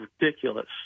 ridiculous